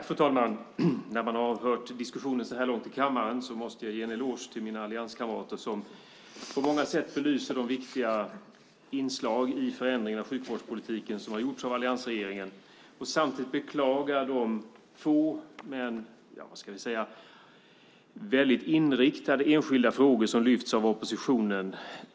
Fru talman! När jag har hört diskussionen så här långt i kammaren måste jag ge en eloge till mina allianskamrater som på många sätt belyser de viktiga inslagen i förändringen av sjukvårdspolitiken, som har gjorts av alliansregeringen. Samtidigt beklagar jag de få men - ja, vad ska vi säga? - väldigt inriktade enskilda frågor som lyfts fram av oppositionen.